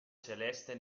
celeste